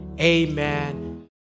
Amen